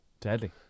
deadly